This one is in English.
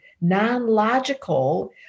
non-logical